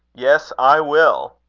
yes, i will!